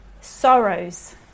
sorrows